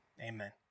Amen